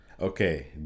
Okay